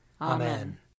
Amen